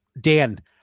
Dan